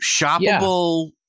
shoppable